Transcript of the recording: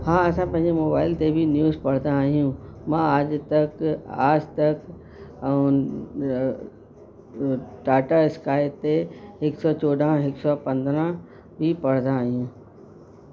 हा असां पंहिंजे मोबाइल ते बि न्यूज़ पढ़ंदा आहियूं मां अजतक आजतक ऐं टाटा स्काए ते हिकु सौ चोॾहं हिकु सौ पंद्रहं ई पढ़ंदा आहियूं